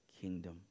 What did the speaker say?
kingdom